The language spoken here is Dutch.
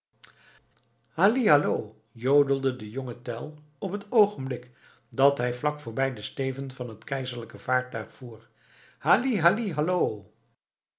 halli hallo jodelde de jonge tell op het oogenblik dat hij vlak voorbij den steven van het keizerlijke vaartuig voer halli halli hallo